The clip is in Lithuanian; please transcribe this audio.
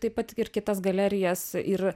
taip pat ir kitas galerijas ir